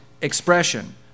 expression